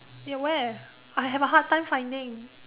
ya where I have a hard time finding